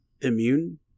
immune